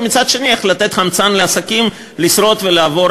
ומצד שני איך לתת חמצן לעסקים לשרוד ולעבור